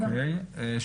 או.קיי.